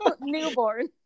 Newborn